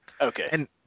Okay